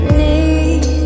need